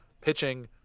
pitching